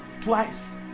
twice